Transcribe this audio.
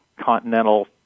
continental